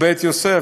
בית יוסף,